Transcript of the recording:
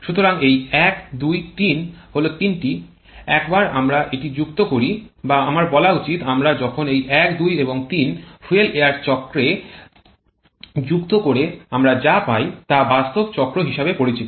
সুতরাং এই ১ ২ ৩ হল তিনটি একবার আমরা এটি যুক্ত করি বা আমার বলা উচিত আমরা যখন এই ১ ২ এবং ৩ ফুয়েল এয়ার চক্রে যুক্ত করে আমরা যা পাই তা বাস্তব চক্র হিসেবে পরিচিত